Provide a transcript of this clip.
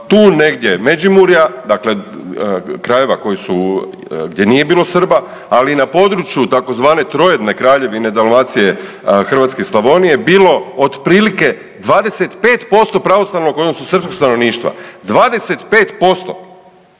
tu negdje Međimurja dakle krajeva gdje nije bilo Srba, ali na području tzv. trojedne Kraljevine Dalmacije, Hrvatske i Slavonije bilo od otprilike 25% pravoslavnog odnosno srpskog stanovništva, 25%